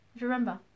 remember